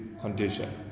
condition